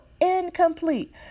incomplete